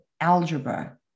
algebra